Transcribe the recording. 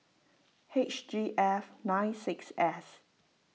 H G F nine six S